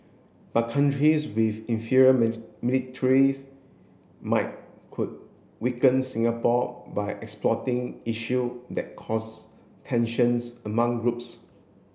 but countries with inferior might could weaken Singapore by exploiting issue that cause tensions among groups